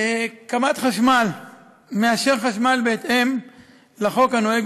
קמ"ט חשמל מאשר חשמל בהתאם לחוק הנוהג